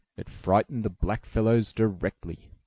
it frightened the blackfellows directly.